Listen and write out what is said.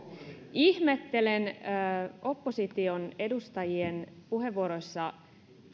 ihmettelen opposition edustajien puheenvuoroissa